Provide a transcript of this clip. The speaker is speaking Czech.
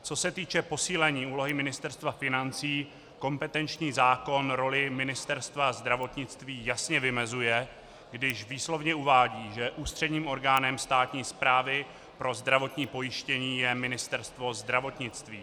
Co se týče posílení úlohy Ministerstva financí, kompetenční zákon roli Ministerstva zdravotnictví jasně vymezuje, když výslovně uvádí, že ústředním orgánem státní správy pro zdravotní pojištění je Ministerstvo zdravotnictví.